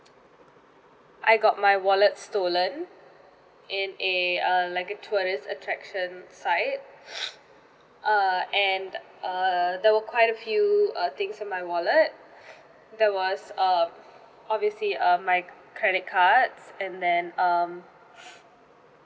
I got my wallet stolen in a err like a tourist attraction site uh and err there were quite a few uh things in my wallet there was uh obviously um my credit cards and then um